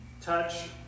touch